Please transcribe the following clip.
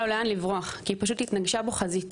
לו לאן לברוח כי היא פשוט התנגשה בו חזיתית.